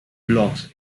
blocks